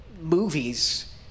movies